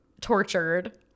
tortured